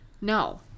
no